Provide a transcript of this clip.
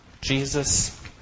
Jesus